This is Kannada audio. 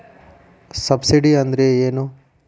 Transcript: ಸಬ್ಸಿಡಿ ಅಂದ್ರೆ ಏನು?